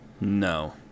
No